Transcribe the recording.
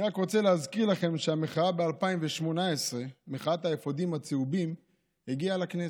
אני רק רוצה להזכיר לכם שמחאת האפודים הצהובים ב-2018 הגיעה לכנסת.